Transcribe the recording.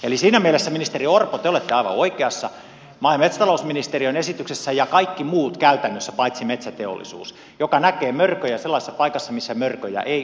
eli siinä mielessä ministeri orpo te olette aivan oikeassa maa ja metsätalousministeriön esityksessä ja kaikki muut käytännössä paitsi metsäteollisuus joka näkee mörköjä sellaisessa paikassa missä mörköjä ei ole